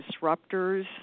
disruptors